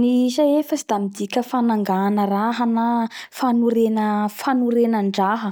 Ny isa efatsy da midika ho fanangana raha na fanorena fanorena ndraha